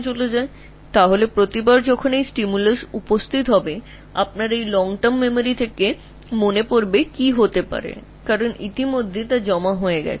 সুতরাং যা হবে প্রতিবার যখন এই উদ্দীপনা উপস্থাপন করা হবে দীর্ঘমেয়াদী স্মৃতি থেকে তুমি এটা মনে করতে পারবে কারণ তুমি ইতিমধ্যে এই স্মৃতি সঞ্চয় করে রেখেছ